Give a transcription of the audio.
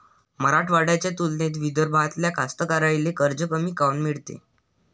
मराठवाड्याच्या तुलनेत विदर्भातल्या कास्तकाराइले कर्ज कमी काऊन मिळते?